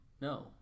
No